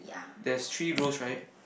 there's three rows right